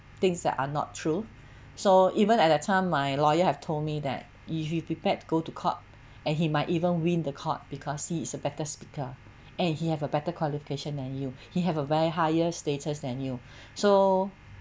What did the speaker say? things that are not true so even at that time my lawyer have told me that if you prepared go to court and he might even win the court because he is a better speaker and he have a better qualification than you he have a very higher status than you so